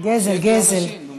שיגיעו אנשים.